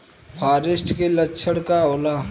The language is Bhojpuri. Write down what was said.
फारेस्ट के लक्षण का होला?